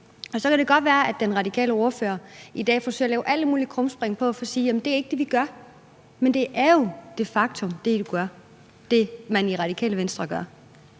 Så kan det godt være, at den radikale ordfører i dag forsøger at lave alle mulige krumspring ved at sige, at det ikke er det, man gør, men det er jo de facto det, man i Radikale Venstre gør.